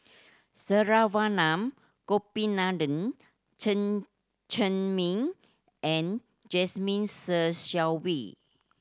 Saravanan Gopinathan Chen Cheng Mei and Jasmine Ser Xiang Wei